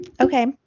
okay